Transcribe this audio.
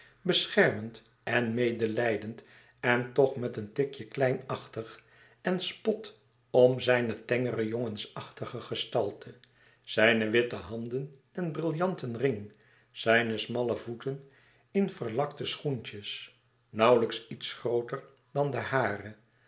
beschermend en medelijdend en toch met een tikje kleinachting en spot om zijne tengere jongensachtige gestalte zijne witte handen en brillanten ring zijne smalle voeten in verlakte schoentjes nauwelijks iets grooter dan de hare